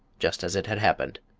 just as it had happened.